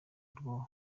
rwo